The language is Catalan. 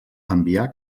enviar